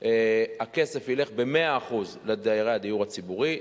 הכסף ילך ב-100% לדיירי הדיור הציבורי,